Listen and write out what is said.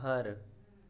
घर